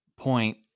point